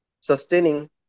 sustaining